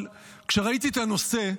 אבל כשראיתי את הנושא,